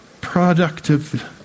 productive